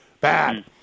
Bad